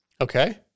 Okay